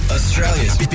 Australia's